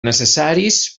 necessaris